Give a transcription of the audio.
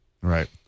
Right